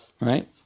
Right